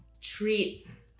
treats